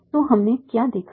तो हमने क्या देखा है